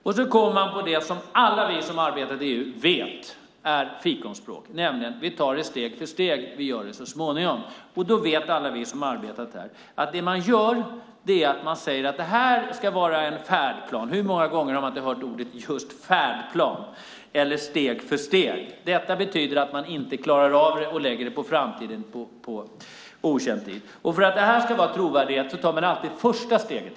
Sedan kommer vi till det som alla vi som har arbetat i EU vet är fikonspråk, nämligen att man tar det steg för steg, man gör det så småningom. Då vet alla vi som har arbetat i EU att det man gör är att man säger att det här ska vara en färdplan. Hur många gånger har vi inte hört just ordet färdplan eller steg för steg? Detta betyder att man inte klarar av det och lägger det på framtiden på okänd tid. För att det här ska vara trovärdigt tar man alltid första steget.